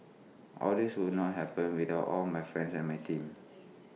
all this would not happened without all my friends and my team